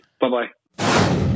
Bye-bye